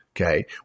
Okay